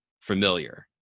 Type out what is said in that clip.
familiar